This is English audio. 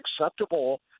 acceptable